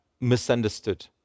misunderstood